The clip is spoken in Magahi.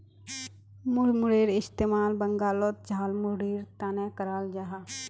मुड़मुड़ेर इस्तेमाल बंगालोत झालमुढ़ीर तने कराल जाहा